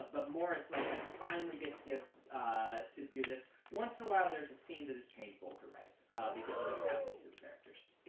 but more, it's like i finally get to get to do this. once in a while there is a scene that is painful to write because what's happening to the characters.